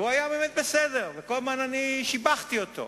והוא היה בסדר, וכל הזמן שיבחתי אותו.